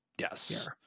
Yes